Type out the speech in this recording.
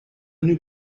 new